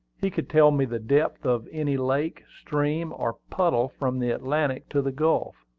he could tell me the depth of any lake, stream, or puddle from the atlantic to the gulf.